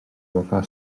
rokā